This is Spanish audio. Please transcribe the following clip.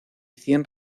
cien